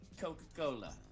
Coca-Cola